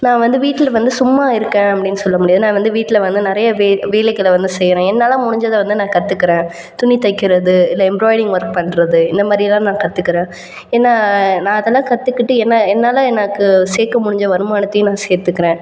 நான் வந்து வீட்டில் வந்து சும்மா இருக்கேன் அப்படின்னு சொல்ல முடியாது நான் வந்து வீட்டில் வந்து நிறைய வேலைகளை வந்து செய்கிறேன் என்னால் முடிஞ்சதை வந்து நான் கற்றுக்கிறேன் துணி தைக்கிறது இல்லை எம்ராய்டிங் ஒர்க் பண்ணுறது இந்த மாதிரிலாம் நான் கற்றுக்கிறேன் என்ன நான் அதெல்லாம் கற்றுக்கிட்டு என்ன என்னால் எனக்கு சேர்க்க முடிஞ்ச வருமானத்தையும் நான் சேர்த்துருக்கிறேன்